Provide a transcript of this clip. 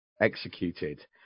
executed